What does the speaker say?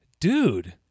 Dude